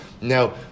Now